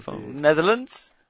Netherlands